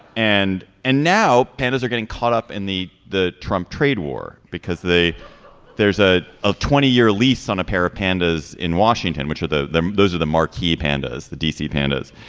and and now pandas are getting caught up in the the trump trade war because they there's ah a twenty year lease on a pair of pandas in washington which are the the those are the marquee pandas the d c. pandas.